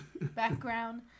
background